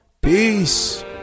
Peace